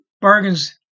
bargains